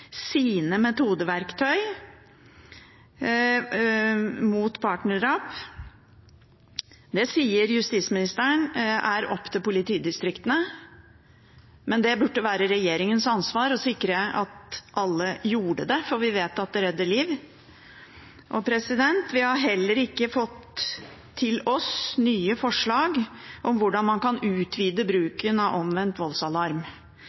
sine metodeverktøy mot partnerdrap. Det sier justisministeren er opp til politidistriktene, men det burde være regjeringens ansvar å sikre at alle gjør det, for vi vet at det redder liv. Vi har heller ikke fått nye forslag om hvordan man kan utvide bruken av omvendt voldsalarm.